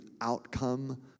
outcome